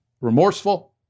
remorseful